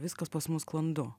viskas pas mus sklandu